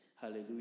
Hallelujah